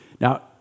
Now